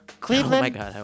Cleveland